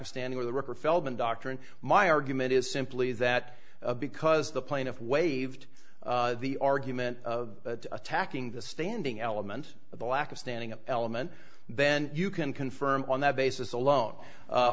of standing or the record feldman doctrine my argument is simply that because the plaintiff waived the argument attacking the standing element of the lack of standing up element then you can confirm on that basis alone